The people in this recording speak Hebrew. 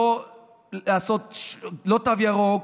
לא תו ירוק,